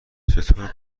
چطور